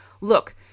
look